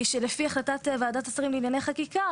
שלפי החלטת ועדת השרים לענייני חקיקה,